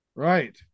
Right